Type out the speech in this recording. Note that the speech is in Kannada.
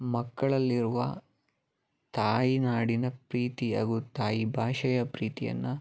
ಮಕ್ಕಳಲ್ಲಿರುವ ತಾಯಿನಾಡಿನ ಪ್ರೀತಿ ಹಾಗು ತಾಯಿ ಭಾಷೆಯ ಪ್ರೀತಿಯನ್ನು